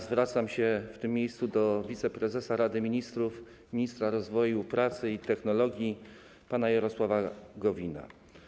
Zwracam się w tym miejscu do wiceprezesa Rady Ministrów, ministra rozwoju, pracy i technologii pana Jarosława Gowina.